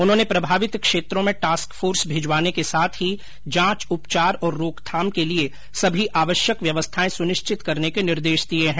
उन्होंने प्रभावित क्षेत्रों में टॉस्क फोर्स भिजवाने के साथ ही जांच उपचार और रोकथाम के लिए सभी आवश्यक व्यवस्थाएं सुनिष्चित करने के निर्देष दिये हैं